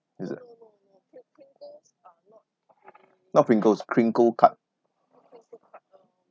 is it not Pringles crinkle cut